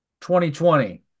2020